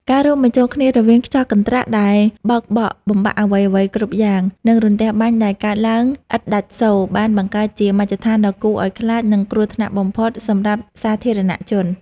ការរួមបញ្ចូលគ្នារវាងខ្យល់កន្ត្រាក់ដែលបោកបក់បំបាក់អ្វីៗគ្រប់យ៉ាង និងរន្ទះបាញ់ដែលកើតឡើងឥតដាច់សូរ បានបង្កើតជាមជ្ឈដ្ឋានដ៏គួរឱ្យខ្លាច និងគ្រោះថ្នាក់បំផុតសម្រាប់សាធារណជន។